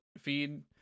feed